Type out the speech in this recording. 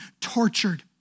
tortured